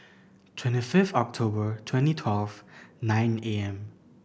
twenty fifth October twenty twelve nine